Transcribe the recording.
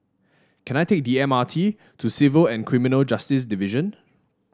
can I take the M R T to Civil and Criminal Justice Division